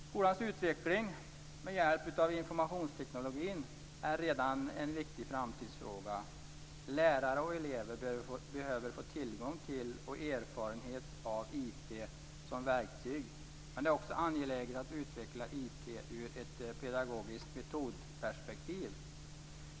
Skolans utveckling med hjälp av informationsteknologi är redan en viktig framtidsfråga. Lärare och elever behöver få tillgång till och erfarenhet av IT som verktyg, men det är också angeläget att utveckla IT ur ett pedagogiskt metodperspektiv.